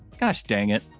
gosh, dang it.